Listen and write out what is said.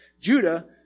Judah